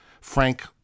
Frank